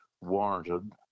warranted